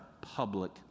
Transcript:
public